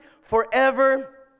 forever